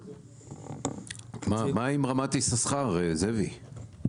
מה עם רמת יששכר זאביק,